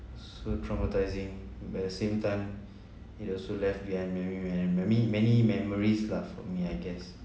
so traumatising but at the same time it also left behind memory memory many memories lah for me I guess